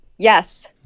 Yes